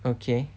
okay